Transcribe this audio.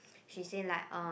she say like uh